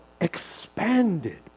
expanded